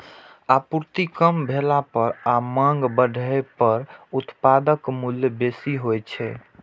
आपूर्ति कम भेला पर आ मांग बढ़ै पर उत्पादक मूल्य बेसी होइ छै